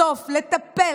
בסוף לטפל,